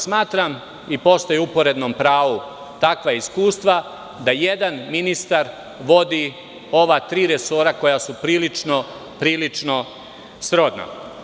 Smatram i postoje u uporednom pravu takva iskustva da jedan ministar vodi ova tri resora koja su prilično srodna.